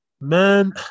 Man